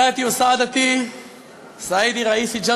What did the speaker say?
(אומר בערבית: רבותי וגבירותי,